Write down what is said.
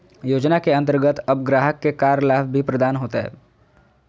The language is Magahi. योजना के अंतर्गत अब ग्राहक के कर लाभ भी प्रदान होतय